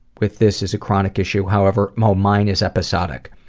with this as a chronic issue, however. mine is episodic.